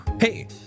hey